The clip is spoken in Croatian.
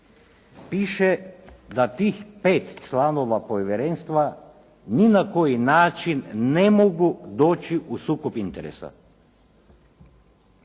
piše da tih pet članova povjerenstva ni na koji način ne mogu doći u sukob interesa.